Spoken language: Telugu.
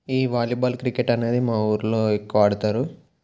ఈ వాలీబాల్ క్రికెట్ అన్నది మా ఊర్లో ఎక్కువ ఆడుతారు